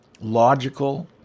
logical